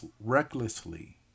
recklessly